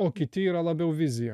o kiti yra labiau vizija